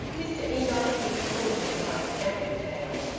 mr enoch peake pulled him by the jacket-tail.